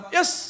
Yes